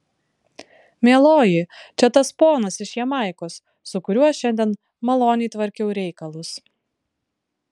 mieloji čia tas ponas iš jamaikos su kuriuo šiandien maloniai tvarkiau reikalus